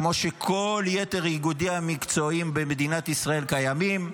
כמו שכול יתר האיגודים המקצועיים במדינת ישראל קיימים.